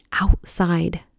outside